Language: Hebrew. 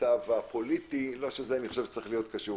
המצב הפוליטי לא שזה צריך להיות קשור.